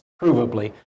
provably